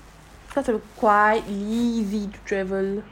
cause it will be quite easy to travel